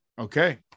okay